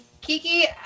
Kiki